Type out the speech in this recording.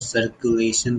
circulation